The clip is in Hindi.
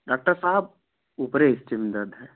डाक्टर साहब ऊपरी हिस्से में दर्द है